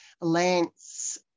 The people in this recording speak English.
Lance